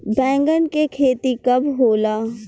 बैंगन के खेती कब होला?